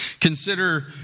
Consider